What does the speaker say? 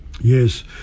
Yes